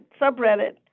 subreddit